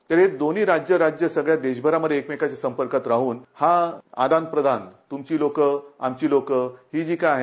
तर हे दोन्ही राज्य राज्य सगळ्या देशभरामध्ये एकमेकांच्या संपर्कात राहून हा आदान प्रदान तुमची लोकं आमची लोकं ही जी काही आहे